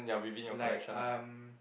like um